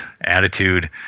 attitude